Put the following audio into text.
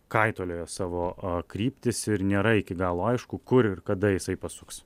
kaitalioja savo kryptis ir nėra iki galo aišku kur ir kada jisai pasuks